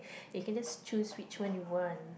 you can just choose which one you want